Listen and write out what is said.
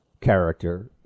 character